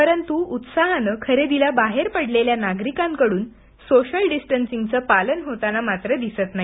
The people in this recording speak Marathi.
परंतूउत्साहानं खरेदीला बाहेर पडलेल्या नागरिकांकडून सोशल डिस्टन्सिंगच पालन होताना मात्र दिसत नाही